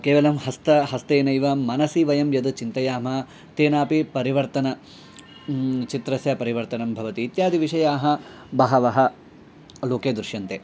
केवलं हस्त हस्तेनेव मनसि वयं यद् चिन्तयामः तेनापि परिवर्तनं चित्रस्य परिवर्तनं भवति इत्यादि विषयाः बहवः लोके दृश्यन्ते